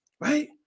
right